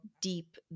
deep